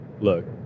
look